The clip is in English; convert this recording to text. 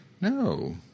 No